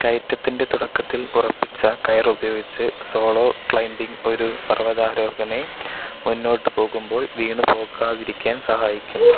കയറ്റത്തിൻ്റെ തുടക്കത്തിൽ ഉറപ്പിച്ച കയർ ഉപയോഗിച്ച് സോളോ ക്ലൈംബിംഗ് ഒരു പർവതാരോഹകനെ മുന്നോട്ട് പോകുമ്പോൾ വീണുപോകാതിരിക്കാൻ സഹായിക്കുന്നു